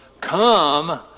Come